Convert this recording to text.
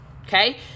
okay